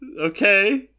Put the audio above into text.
Okay